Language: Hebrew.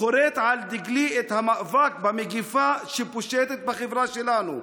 חורת על דגלי את המאבק במגפה שפושטת בחברה שלנו.